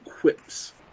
quips